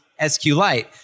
SQLite